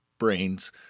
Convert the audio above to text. brains